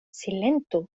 silentu